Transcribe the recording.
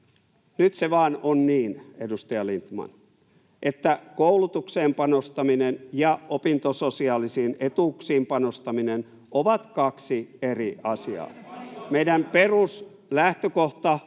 Nyt se vaan on niin, edustaja Lindtman, että koulutukseen panostaminen ja opintososiaalisiin etuuksiin panostaminen ovat kaksi eri asiaa. [Välihuutoja